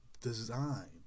design